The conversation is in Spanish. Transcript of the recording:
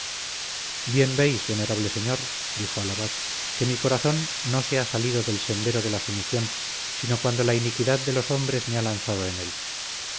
bien veis venerable señor dijo al abad que mi corazón no se ha salido del sendero de la sumisión sino cuando la iniquidad de los hombres me ha lanzado de él